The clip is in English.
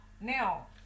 Now